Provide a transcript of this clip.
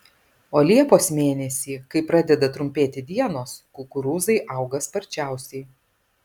o liepos mėnesį kai pradeda trumpėti dienos kukurūzai auga sparčiausiai